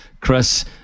Chris